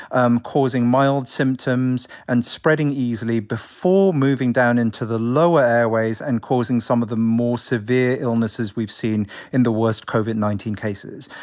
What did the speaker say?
um causing mild symptoms and spreading easily before moving down into the lower airways and causing some of the more severe illnesses we've seen in the worst covid nineteen cases.